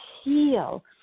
heal